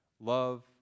love